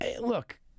Look